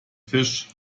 fisch